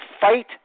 fight